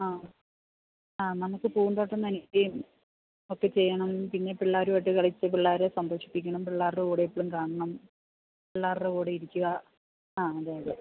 ആ നമുക്ക് പൂന്തോട്ടം നനയ്ക്കുകയുമൊക്കെ ചെയ്യണം പിന്നെ പിള്ളാരുമായിട്ട് കളിച്ച് പിള്ളാരെ സന്തോഷിപ്പിക്കണം പിള്ളാരുടെ കൂടെ എപ്പോഴും കാണണം പിള്ളാരുടെ കൂടെയിരിക്കുക ആ അതെ അതെ